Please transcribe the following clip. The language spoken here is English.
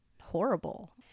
horrible